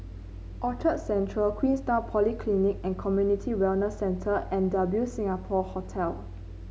Orchard Central Queenstown Polyclinic and Community Wellness Centre and W Singapore Hotel